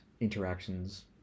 interactions